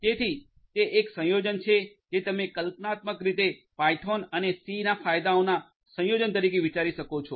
તેથી તે એક સંયોજન છે જે તમે કલ્પનાત્મક રીતે પાયથોન અને સીના ફાયદાઓના સંયોજન તરીકે વિચારી શકો છો